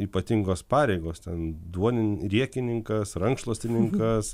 ypatingos pareigos ten duoni riekininkas rankšluostininkas